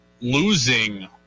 losing